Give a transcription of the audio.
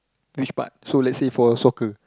which part so let's say for soccer